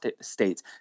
states